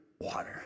water